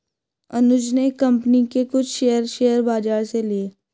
अनुज ने एक कंपनी के कुछ शेयर, शेयर बाजार से लिए